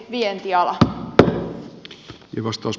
arvoisa herra puhemies